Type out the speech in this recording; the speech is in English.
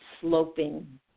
sloping